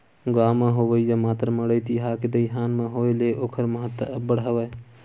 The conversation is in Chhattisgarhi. गाँव म होवइया मातर मड़ई तिहार के दईहान म होय ले ओखर महत्ता अब्बड़ हवय